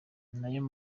ninayo